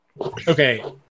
okay